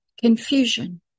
confusion